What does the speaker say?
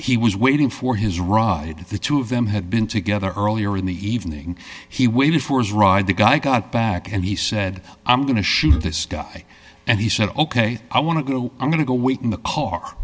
he was waiting for his ride the two of them had been together earlier in the evening he waited for his ride the guy got back and he said i'm going to shoot this guy and he said ok i want to go i'm going to wait in the car